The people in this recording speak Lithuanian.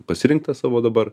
pasirinktą savo dabar